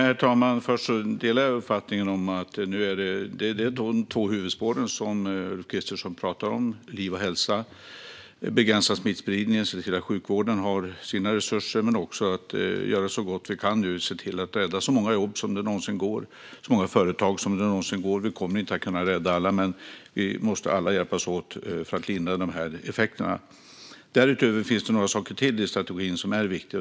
Herr talman! Jag delar uppfattningen att det är dessa två huvudspår som gäller. Vi måste begränsa smittspridningen och se till att sjukvården får resurser samt göra så gott vi kan för att rädda så många jobb och företag som det någonsin går. Vi kommer inte att kunna rädda alla, men vi måste alla hjälpas åt för att lindra effekterna. Det finns några saker till i strategin som är viktiga.